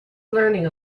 learning